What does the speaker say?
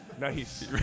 nice